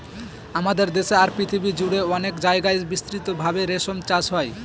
আমাদের দেশে আর পৃথিবী জুড়ে অনেক জায়গায় বিস্তৃত ভাবে রেশম চাষ হয়